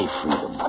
freedom